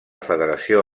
federació